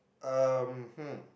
um hmm